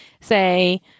say